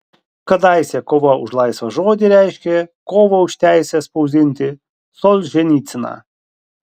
kadaise kova už laisvą žodį reiškė kovą už teisę spausdinti solženicyną